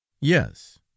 yes